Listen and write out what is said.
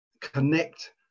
connect